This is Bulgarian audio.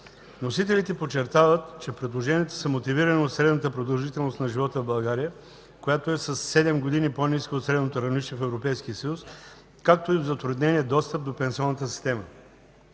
Вносителите подчертават, че предложенията са мотивирани от средната продължителност на живота в България, която е със 7 години по-ниска от средното равнище в Европейския съюз, както и от затруднения достъп до пенсионната система.